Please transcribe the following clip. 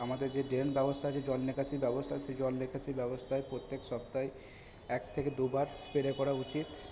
আমাদের যে ড্রেন ব্যবস্থা আছে জল নিকাশি ব্যবস্থা আছে সেই জল নিকাশির ব্যবস্থায় প্রত্যেক সপ্তাহে এক থেকে দুবার স্প্রে করা উচিত